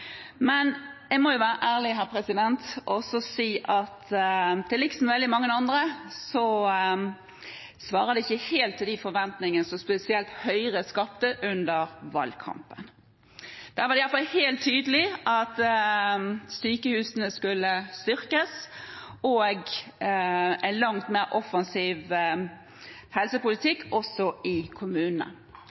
Men jeg må være ærlig her og si, til liks med veldig mange andre, at det svarer ikke helt til de forventningene som spesielt Høyre skapte under valgkampen. Da var det i alle fall helt tydelig at sykehusene skulle styrkes, og det skulle bli en langt mer offensiv helsepolitikk også i kommunene.